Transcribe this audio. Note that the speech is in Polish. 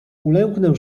ulęknę